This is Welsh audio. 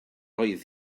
oedd